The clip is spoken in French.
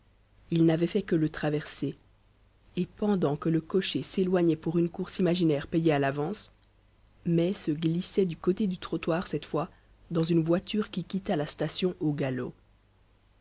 il n'avait fait que le traverser et pendant que le cocher s'éloignait pour une course imaginaire payée à l'avance mai se glissait du côté du trottoir cette fois dans une voiture qui quitta la station au galop